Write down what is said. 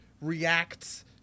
reacts